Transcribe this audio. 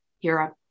Europe